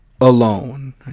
alone